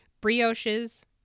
brioches